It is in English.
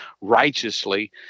righteously